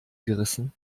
gerissen